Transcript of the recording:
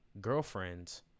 girlfriends